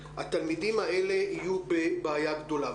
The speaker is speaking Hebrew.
התלמידים האלה יהיו בבעיה גדולה.